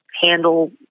handle